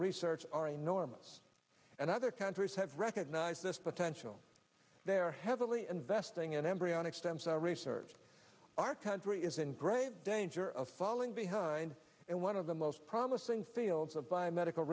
research are enormous and other countries have recognized this potential they are heavily investing in embryonic stem cell research our country is in grave danger of falling behind and one of the most promising fields of biomedical